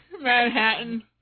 Manhattan